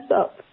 up